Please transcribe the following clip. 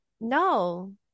No